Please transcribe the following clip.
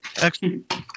Excellent